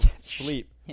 sleep